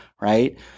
right